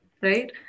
Right